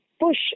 push